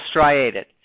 striated